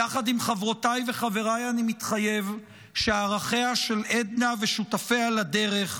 יחד עם חברותיי וחבריי אני מתחייב שערכיה של עדנה ושותפיה לדרך,